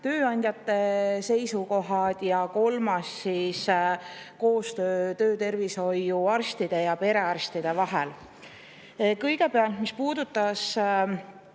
tööandjate seisukohad ja kolmas koostöö töötervishoiuarstide ja perearstide vahel. Kõigepealt, mis puudutas